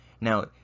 now